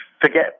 forget